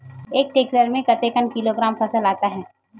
एक टेक्टर में कतेक किलोग्राम फसल आता है?